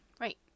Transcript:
Right